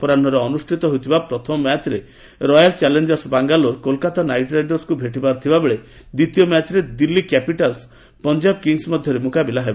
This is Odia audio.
ଅପରାହ୍ରରେ ଅନୁଷ୍ଠିତ ହେଉଥିବା ପ୍ରଥମ ମ୍ୟାଚରେ Royal Challengers Bangalore Kolkata Knight ରାଇଡର୍ସକୁ ଭେଟିବାର ଥିବାବେଳେ ଦ୍ୱିତୀୟ ମ୍ୟାଚରେ ଦିଲ୍ଲୀ କ୍ୟାପିଟାଲସ୍ ଏବଂ ପଞ୍ଜାବ କିଙ୍ଗ୍ସ ମଧ୍ୟରେ ମୁକାବିଲା ହେବ